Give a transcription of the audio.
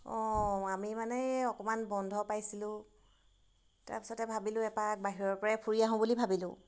অঁ আমি মানে এই অকণমান বন্ধ পাইছিলোঁ তাৰপিছতে ভাবিলোঁ এপাক বাহিৰৰ পৰাই ফুৰি আহোঁ বুলি ভাবিলোঁ